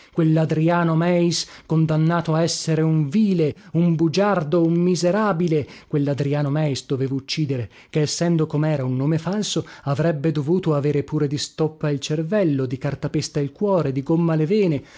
anni quelladriano meis condannato a essere un vile un bugiardo un miserabile quelladriano meis dovevo uccidere che essendo comera un nome falso avrebbe dovuto aver pure di stoppa il cervello di cartapesta il cuore di gomma le vene